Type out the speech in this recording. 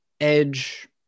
Edge